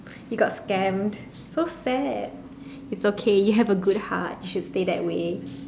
you got scammed so sad it's okay you have a good heart you should stay that way